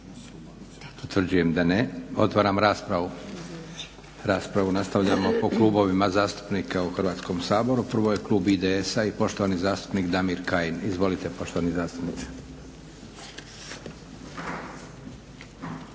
Utvrđujem da ne. Otvaram raspravu. Raspravu nastavljamo po klubovima zastupnika u Hrvatskom saboru. Prvo je klub IDS-a i poštovani zastupnik Damir Kajin. Izvolite poštovani zastupniče.